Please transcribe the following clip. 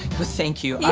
thank you.